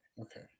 Okay